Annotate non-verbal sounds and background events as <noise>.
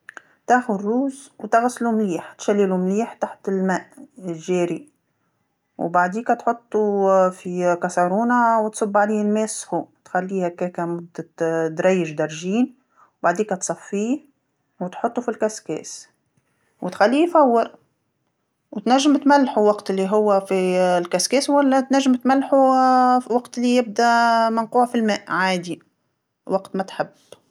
تاخذ الروز وتغسلو مليح، تشللو مليح تحت الماء الجاري، وبعديكا تحطو <hesitation> في كاسرونه وتصب عليه الما سخون، وتخليه هكاكا مدة <hesitation> دريج درجين، وبعديكا تصفيه وتحطو فالكسكاس وتخليه يفور، وتنجم تملحو وقت اللي هو فالكسكاس ولا تنجم تملحو <hesitation> وقت اللي يبدا <hesitation> منقوع في الماء عادي، وقت ما تحب.